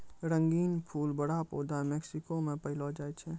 रंगीन फूल बड़ा पौधा मेक्सिको मे पैलो जाय छै